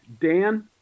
Dan